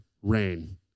Rain